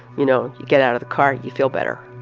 you know you get out of the car, you feel better.